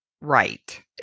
right